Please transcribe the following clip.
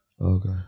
Okay